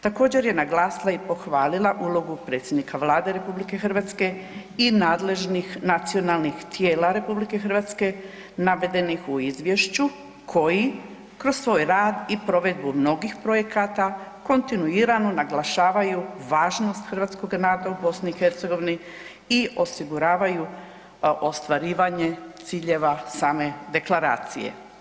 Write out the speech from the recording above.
Također je naglasila i pohvalila ulogu predsjednika Vlade RH i nadležnih nacionalnih tijela RH navedenih u izvješću koji kroz svoj rad i provedbu mnogih projekata kontinuirano naglašavaju važnost hrvatskoga naroda u BiH i osiguravaju ostvarivanje ciljeva same deklaracije.